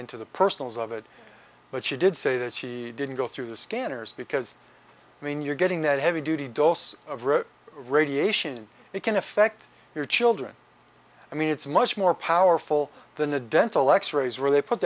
into the personals of it but she did say that she didn't go through the scanners because i mean you're getting that heavy duty dose of rote radiation and it can affect your children i mean it's much more powerful than a dental x rays where they put